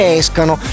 escano